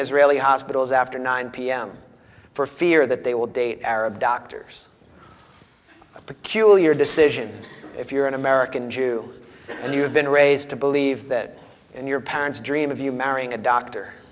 israeli hospitals after nine pm for fear that they will date arab doctors a peculiar decision if you're an american jew and you have been raised to believe that your parents dream of you marrying a doctor